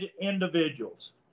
individuals